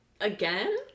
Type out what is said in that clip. again